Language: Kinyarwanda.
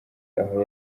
aho